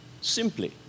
simply